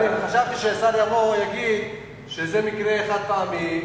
אני חשבתי שהשר יגיד שזה מקרה חד-פעמי,